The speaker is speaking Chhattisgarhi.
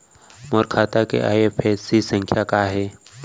मोर खाता के आई.एफ.एस.सी संख्या का हे?